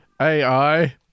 AI